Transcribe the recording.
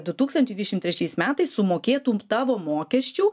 du tūkstančiai dvidešim trečiais metais sumokėtų tavo mokesčių